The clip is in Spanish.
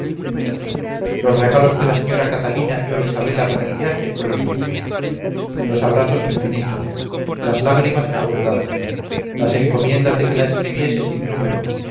los regalos que la señora catalina dio a isabela para el viaje fueron muchos los abrazos infinitos las lágrimas en abundancia las encomiendas de que la escribiese sin número